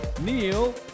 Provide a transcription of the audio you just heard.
Neil